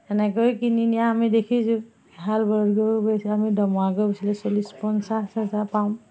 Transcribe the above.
এনেকৈ কিনি নিয়া আমি দেখিছোঁ এহাল বলদ গৰু বেচিলে আমি দমৰা গৰু বেচিলে চল্লিছ পঞ্চাছ হাজাৰ পাম